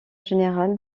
général